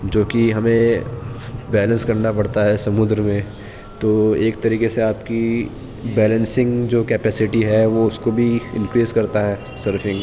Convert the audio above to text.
جو کہ ہمیں بیلنس کرنا پڑتا ہے سمندر میں تو ایک طریقے سے آپ کی بیلنسنگ جو کیپیسٹی ہے وہ اس کو بھی امپریس کرتا ہے سرفنگ